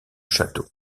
château